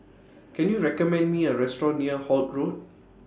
Can YOU recommend Me A Restaurant near Holt Road